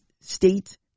state